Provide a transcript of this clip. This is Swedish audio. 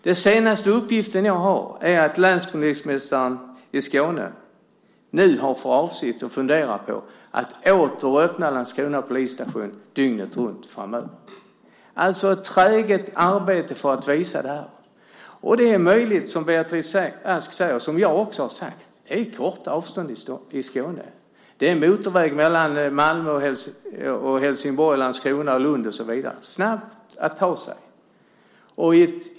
Den senaste uppgiften jag har är att länspolismästaren i Skåne nu har för avsikt att fundera på att åter öppna Landskrona polisstation dygnet runt framöver. Det har varit ett träget arbete för att visa det. Det är möjligt, som Beatrice Ask säger och som jag också har sagt, att det är korta avstånd i Skåne. Det är motorväg mellan Malmö, Helsingborg, Landskrona och Lund, och så vidare. Det går snabbt att ta sig fram.